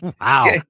wow